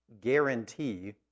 guarantee